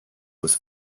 was